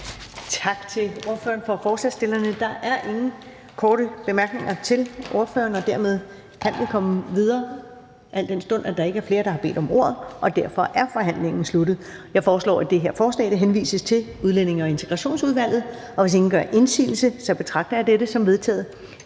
Tak til ordføreren for forslagsstillerne. Der er ingen korte bemærkninger til ordføreren, og dermed kan vi komme videre. Der er ikke flere, der har bedt om ordet, og derfor er forhandlingen sluttet. Jeg foreslår, at det her forslag henvises til Udlændinge- og Integrationsudvalget, og hvis ingen gør indsigelse, betragter jeg dette som vedtaget.